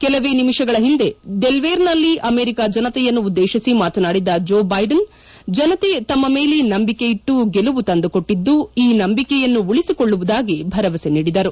ಕೆಲವೇ ನಿಮಿಷಗಳ ಹಿಂದೆ ಡೆಲ್ವೇರ್ನಲ್ಲಿ ಅಮೆರಿಕ ಜನತೆಯನ್ನು ಉದ್ದೇಶಿಸಿ ಮಾತನಾಡಿದ ಜೋ ಬೈಡನ್ ಜನತೆ ತಮ್ಮ ಮೇಲೆ ನಂಬಿಕೆ ಇಟ್ಟು ಗೆಲುವು ತಂದುಕೊಟ್ಟಿದ್ದು ಈ ನಂಬಿಕೆಯನ್ನು ಉಳಿಸಿಕೊಳ್ಳುವುದಾಗಿ ಭರವಸೆ ನೀಡಿದರು